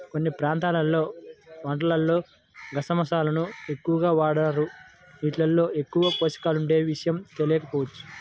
కొన్ని ప్రాంతాల్లో వంటల్లో గసగసాలను ఎక్కువగా వాడరు, యీటిల్లో ఎక్కువ పోషకాలుండే విషయం తెలియకపోవచ్చు